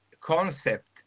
concept